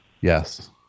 yes